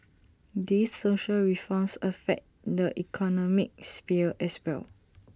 these social reforms affect the economic sphere as well